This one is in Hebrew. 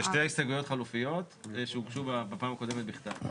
אלה שתי הסתייגויות חלופיות שהוגשו בפעם הקודמת בכתב.